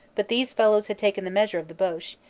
but these fellows had taken the measure of the boche.